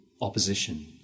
opposition